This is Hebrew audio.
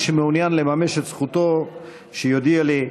מי שמעוניין לממש את זכותו שיודיע לי.